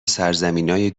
سرزمینای